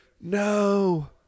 No